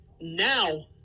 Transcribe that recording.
Now